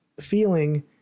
feeling